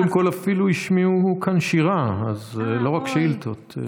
קודם כול, אפילו השמיעו כאן שירה, לא רק שאילתות.